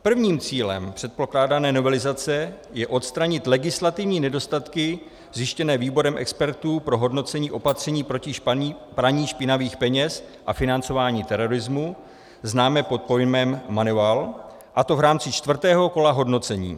Prvním cílem předpokládané novelizace je odstranit legislativní nedostatky zjištěné Výborem expertů pro hodnocení opatření proti praní špinavých peněz a financování terorismu, známe pod pojmem MONEYVAL, a to v rámci čtvrtého kola hodnocení.